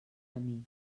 camí